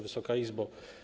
Wysoka Izbo!